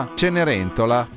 cenerentola